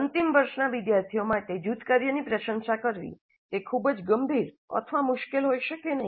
અંતિમ વર્ષના વિદ્યાર્થીઓ માટે જૂથ કાર્યની પ્રશંસા કરવી તે ખૂબ જ ગંભીર અથવા મુશ્કેલ હોઈ શકે નહી